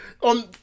on